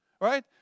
right